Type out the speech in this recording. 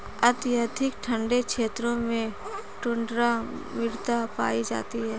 अत्यधिक ठंडे क्षेत्रों में टुण्ड्रा मृदा पाई जाती है